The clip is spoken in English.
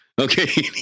Okay